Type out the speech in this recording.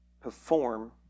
perform